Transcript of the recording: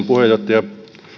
puheenjohtaja